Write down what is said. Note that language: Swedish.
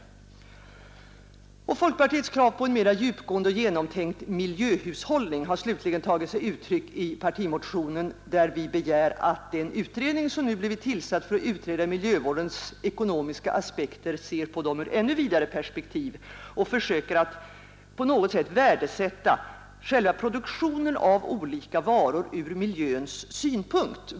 Folkpartiets krav på en mera djupgående och genomtänkt miljöhushållning har slutligen tagit sig uttryck i partimotionen där vi begär att den utredning som nu blivit tillsatt för att utreda miljövårdens ekonomiska aspekter, ser på dessa ur ett ännu vidare perspektiv och försöker att på något sätt värdesätta själva produktionen av olika varor från miljöns synpunkt.